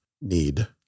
need